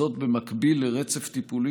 זאת במקביל לרצף טיפולי,